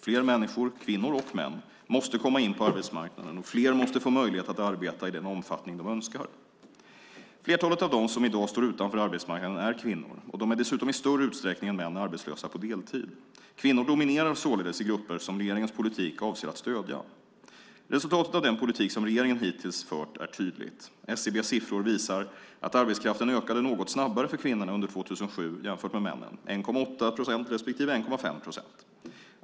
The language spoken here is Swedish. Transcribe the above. Fler människor - kvinnor och män - måste komma in på arbetsmarknaden, och fler måste få möjlighet att arbeta i den omfattning de önskar. Flertalet av dem som i dag står utanför arbetsmarknaden är kvinnor, och de är dessutom i större utsträckning än män arbetslösa på deltid. Kvinnor dominerar således i grupper som regeringens politik avser att stödja. Resultatet av den politik som regeringen hittills fört är tydligt. SCB:s siffror visar att arbetskraften ökade något snabbare för kvinnorna under 2007 än för med männen, 1,8 procent respektive 1,5 procent.